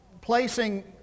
placing